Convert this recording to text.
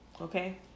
okay